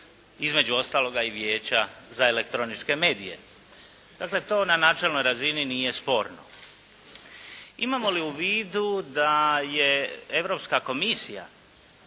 između ostaloga i Vijeća za elektroničke medije. Dakle, to na načelnoj razini nije sporno. Imamo li u vidu da je Europska komisija